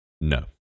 No